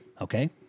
okay